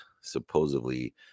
supposedly